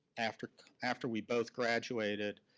after after we both graduated,